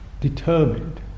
determined